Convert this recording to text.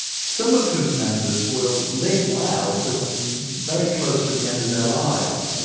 some of whose members will live well till very close to the end of their lives.